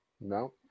No